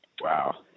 Wow